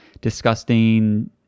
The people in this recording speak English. disgusting